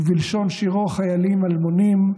ובלשון שירו "חיילים אלמונים":